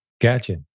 Gotcha